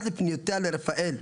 פרט לפניותיה ל"רפאל",